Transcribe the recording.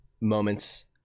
moments